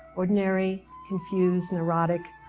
ordinary confused, neurotic,